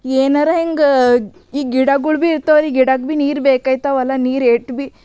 ಏನಾರ ಹಿಂಗೆ ಈ ಗಿಡಗಳು ಭೀ ಇರ್ತಾವಲ್ಲ ಗಿಡಗ್ ಭೀ ನೀರು ಬೇಕಾಯ್ತವಲ್ಲ ನೀರು ಏಟ್ ಭೀ